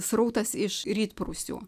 srautas iš rytprūsių